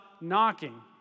knocking